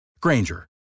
Granger